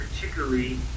particularly